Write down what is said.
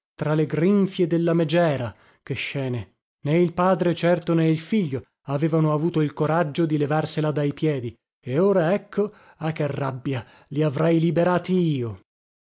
tra le grinfie della megera che scene né il padre certo né il figlio avevano avuto il coraggio di levarsela dai piedi e ora ecco ah che rabbia li avrei liberati io